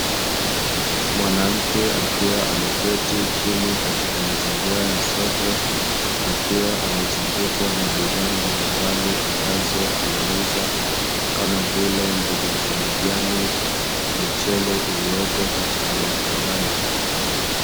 Mwanamke akiwa ameketi chini katika mazingira ya soko, akiwa amezungukwa na bidhaa mbalimbali ambazo anauza kama vile mboga za majani, michele iliyopo katika makarai.